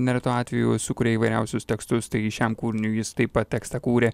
neretu atveju sukuria įvairiausius tekstus tai šiam kūriniui jis taip pat tekstą kūrė